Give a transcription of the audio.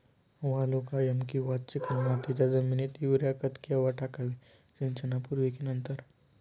वालुकामय किंवा चिकणमातीच्या जमिनीत युरिया खत केव्हा टाकावे, सिंचनापूर्वी की नंतर?